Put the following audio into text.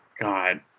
God